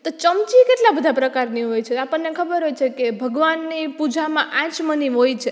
તો ચમચી કેટલાં બધાં પ્રકારની હોય છે આપણને ખબર હોય છેકે ભગવાનની પૂજામાં આચમની હોય છે